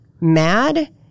mad